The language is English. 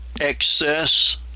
excess